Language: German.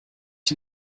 die